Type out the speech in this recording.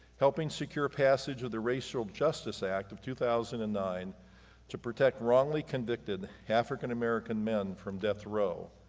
helping secure passage of the racial justice act of two thousand and nine to protect wrongly convicted african-american men from death row.